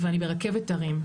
ואני ברכבת הרים,